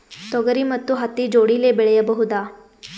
ತೊಗರಿ ಮತ್ತು ಹತ್ತಿ ಜೋಡಿಲೇ ಬೆಳೆಯಬಹುದಾ?